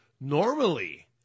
normally